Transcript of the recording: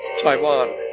Taiwan